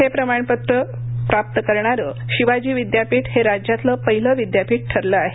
हे प्रमाणपत्र प्राप्त करणारं शिवाजी विद्यापीठ हे राज्यातलं पहिलं विद्यापीठ ठरलं आहे